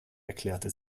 erklärte